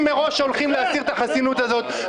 מראש שהולכים להסיר את החסינות הזאת.